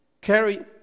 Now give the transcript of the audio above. carry